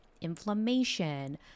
inflammation